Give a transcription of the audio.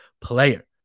PLAYER